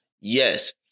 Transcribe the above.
Yes